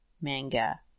manga